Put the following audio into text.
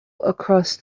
across